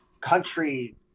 Country